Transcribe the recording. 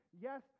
Yes